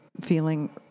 feeling